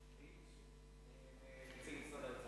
נאפשר.